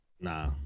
Nah